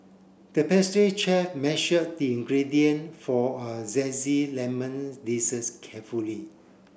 the pastry chef measured the ingredient for a lemon desserts carefully